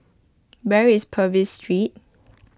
where is Purvis Street